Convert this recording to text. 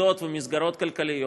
מוסדות ומסגרות כלכליות,